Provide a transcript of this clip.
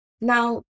Now